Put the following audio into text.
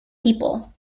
people